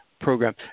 program